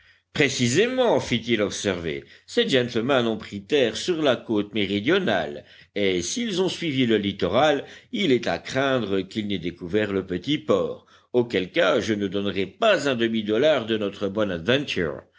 précisément fit-il observer ces gentlemen ont pris terre sur la côte méridionale et s'ils ont suivi le littoral il est à craindre qu'ils n'aient découvert le petit port auquel cas je ne donnerais pas un demi dollar de notre